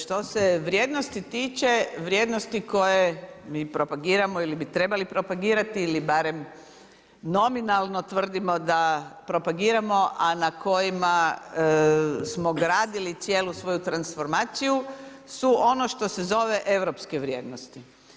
Što se vrijednosti tiče, vrijednosti koje mi propagiramo ili bi trebali propagirati ili barem nominalno tvrdimo da propagiramo, a na kojima smo gradili cijelu svoju transformaciju, su ono što se zove europske vrijednosti.